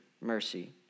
mercy